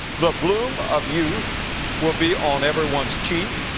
the bloom of youth will be on everyone's cheek.